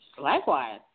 Likewise